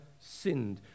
sinned